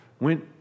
Went